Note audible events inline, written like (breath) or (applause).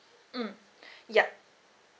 mm (breath) yup